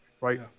Right